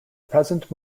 present